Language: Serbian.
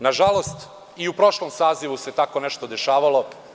Nažalost, i u prošlom sazivu se tako nešto dešavalo.